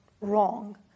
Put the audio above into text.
wrong